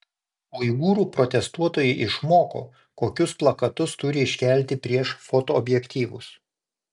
uigūrų protestuotojai išmoko kokius plakatus turi iškelti prieš fotoobjektyvus